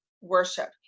worship